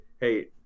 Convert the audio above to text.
hey